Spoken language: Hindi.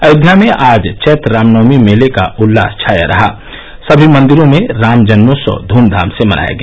अयोध्या में आज चौत्र रामनवमी मेले का उल्लास छाया रहा सभी मंदिरों में राम जन्मोत्सव भम धाम से मनाया गया